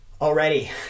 already